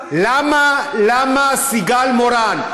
למה סיגל מורן,